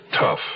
tough